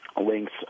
links